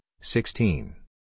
sixteen